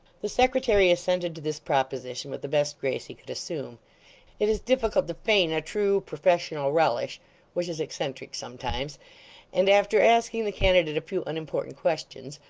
the secretary assented to this proposition with the best grace he could assume it is difficult to feign a true professional relish which is eccentric sometimes and after asking the candidate a few unimportant questions,